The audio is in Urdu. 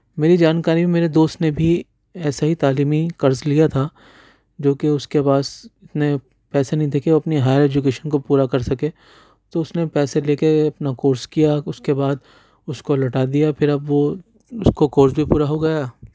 میری جانکاری میں میرے دوست نے بھی ایسے ہی تعلیمی قرض لیا تھا جو کہ اس کے بعد نے پیسے نہیں دے کے اپنے ہائر ایجوکیشن کو پورا کر سکے تو اس نے پیسے لے کے اپنا کورس کیا اس کے بعد اس کو لوٹا دیا پھر اب وہ اس کو کورس بھی پورا ہوگیا